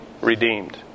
redeemed